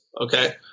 Okay